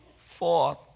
Four